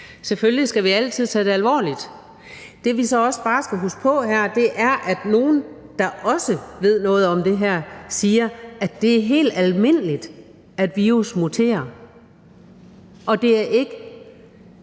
Selvfølgelig skal vi altid tage det alvorligt. Det, vi så også bare skal huske på, er, at nogle, der også ved noget om det her, siger, at det er helt almindeligt, at virus muterer, og at det jo ikke